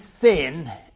sin